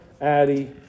Addie